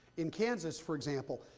in kansas, for example,